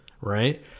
right